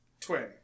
twin